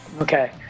Okay